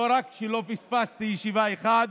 לא רק שלא פספסתי ישיבה אחת,